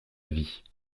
vie